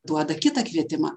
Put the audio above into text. duoda kitą kvietimą